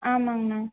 ஆமாம்ங்கண்ணா